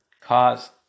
cause